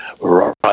right